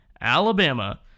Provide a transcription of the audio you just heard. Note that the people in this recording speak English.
Alabama